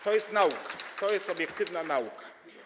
To jest nauka, to jest obiektywna nauka.